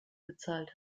bezahlt